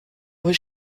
was